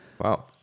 Wow